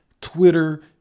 Twitter